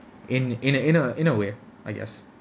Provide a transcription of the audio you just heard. in in a in a in a way I guess